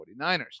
49ers